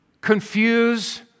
Confuse